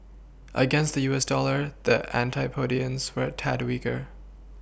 against the U S dollar the antipodeans were tad weaker